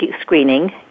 screening